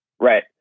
Right